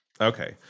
Okay